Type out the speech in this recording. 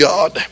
God